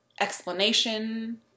explanation